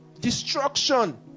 Destruction